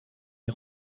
les